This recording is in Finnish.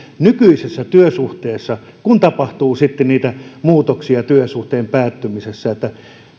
nykyisessä työsuhteessa ennen kuin tapahtuu sitten niitä muutoksia työsuhteen päättymisen myötä